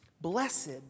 blessed